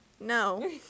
No